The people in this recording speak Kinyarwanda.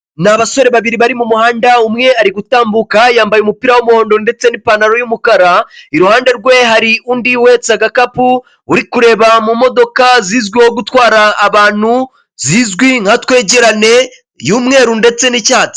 Ni basore babiri bari mu muhanda umwe ari gutambuka yambaye umupira w'umuhodo ndetse n nipantaro yumukara iruhande rwe hari undi wetsa agakapu uri kureba mu modoka zizwiho gutwara abantu zizwi nka twegerane y'mweru ndetse n'icyatsi.